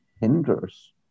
hinders